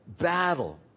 battle